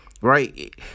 Right